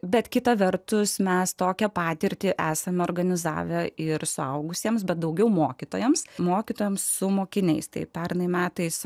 bet kita vertus mes tokią patirtį esame organizavę ir suaugusiems bet daugiau mokytojams mokytojams su mokiniais tai pernai metais